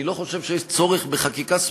אני לא חושב שיש צורך בחקיקה.